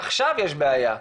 עכשיו יש בעיה.